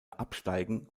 absteigen